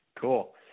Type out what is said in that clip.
Cool